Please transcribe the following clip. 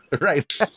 Right